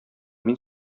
мин